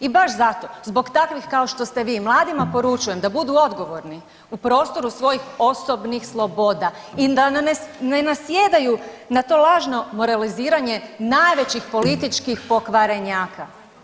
I baš zato, zbog takvih kao što ste vi mladima poručujem da budu odgovorni u prostoru svojih osobnih sloboda i da ne nasjedaju na to lažno moraliziranje najvećih političkih pokvarenjaka.